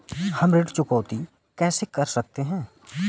हम ऋण चुकौती कैसे कर सकते हैं?